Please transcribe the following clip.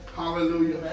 Hallelujah